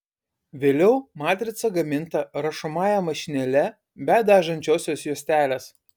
vėliau matrica gaminta rašomąja mašinėle be dažančiosios juostelės